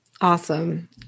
Awesome